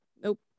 Nope